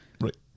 Right